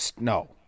No